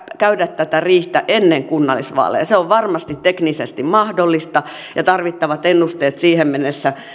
käydä tätä riihtä ennen kunnallisvaaleja se on varmasti teknisesti mahdollista ja tarvittavat ennusteet siihen mennessä